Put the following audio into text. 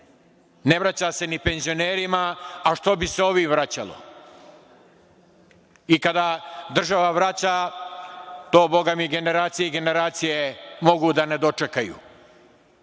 Ne vraća se ni penzionerima, a što bi se ovima vraćalo. I kada država vraća, to bogami generacije i generacije mogu da ne dočekaju.